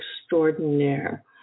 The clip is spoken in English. extraordinaire